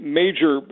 major